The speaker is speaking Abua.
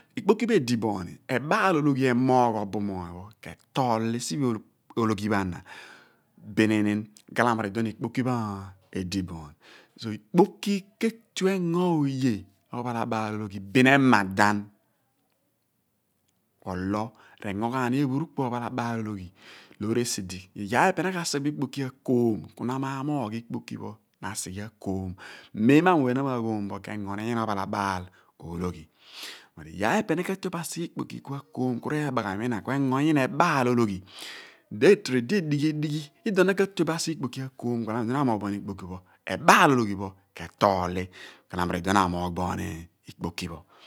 Abn-19-p040-3-1 ikpoki pho ediboon e/baal ologhi emoogh abumoony ketooli siphe ologhi pho ana bininim gjalamo r'iduon pho ikpoki pho ediboon ikpoki bin ke/tue engo oye ophalabaal ologhib bin eman kuolo r'engo ghan ni ephurupu obaal ologhi loor esi di iyaar pho epe na ka tue bo asighe ikpoki akoom ku na mamoogh ikpoki asighe akoom meen mo amuen na maagho bo k'engo nyina ophalabaal ologhi iyaar pho epe na ka/tue bo asighe ikpoki akoom ku kengo inna ebaal ologhi loor idi idi edighi edighi ghalamo iduon na ka/tue bo asighe ikpoki pho, ebaal ologhi ke tol li ghalamo r'iduon na amooghu booni ikpoki pho.